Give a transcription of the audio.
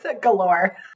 Galore